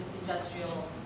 industrial